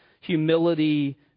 humility